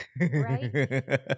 Right